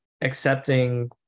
accepting